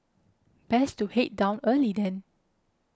best to head down early then